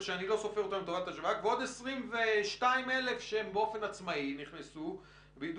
ועוד 22 אלף שהם באופן עצמאי נכנסו לבידוד,